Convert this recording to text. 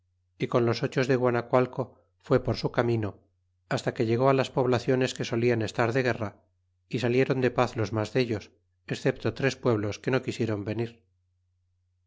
y con los ocho de guacacualco fué por su camino hasta que llegó las poblaciones que solian estar de guerra y salidron de paz los mas dellos excepto tres pueblos que no quisiéron venir